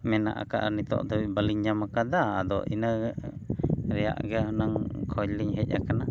ᱢᱮᱱᱟᱜ ᱠᱟᱫᱟ ᱱᱤᱛᱚᱜ ᱫᱚ ᱵᱟᱹᱞᱤᱧ ᱧᱟᱢ ᱠᱟᱫᱟ ᱟᱫᱚ ᱤᱱᱟᱹ ᱨᱮᱭᱟᱜ ᱜᱮ ᱦᱩᱱᱟᱹᱝ ᱠᱚᱭ ᱞᱤᱧ ᱦᱮᱡ ᱠᱟᱱᱟ